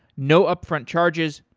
no upfront charges,